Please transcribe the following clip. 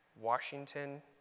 Washington